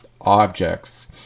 objects